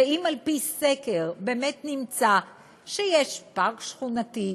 ואם על פי סקר באמת נמצא שיש פארק שכונתי,